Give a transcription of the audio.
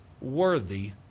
worthy